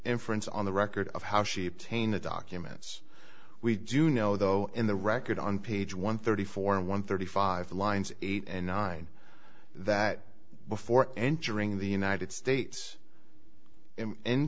inference on the record of how she painted documents we do know though in the record on page one thirty four and one thirty five lines eight and nine that before entering the united states in